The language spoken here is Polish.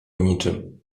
niczym